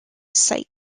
site